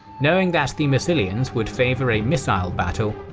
knowing that the massilians would favour a missile battle,